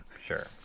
Sure